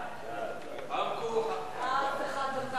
13,